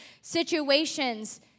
situations